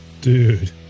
Dude